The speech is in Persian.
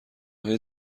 های